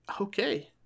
okay